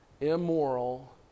immoral